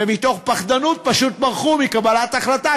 ומתוך פחדנות פשוט ברחו מקבלת החלטה,